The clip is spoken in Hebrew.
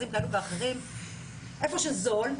במכרזים כאלו ואחרים במקומות זולים,